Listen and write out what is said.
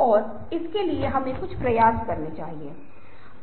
यदि आपको अदृश्य आदमी के बारे में एजे वेल्स की कहानी याद है